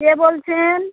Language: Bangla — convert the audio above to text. কে বলছেন